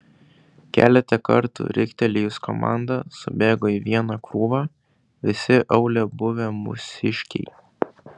keletą kartų riktelėjus komandą subėgo į vieną krūvą visi aūle buvę mūsiškiai